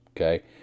okay